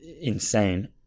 insane